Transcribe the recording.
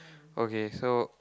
okay so